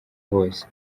hose